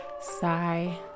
Sigh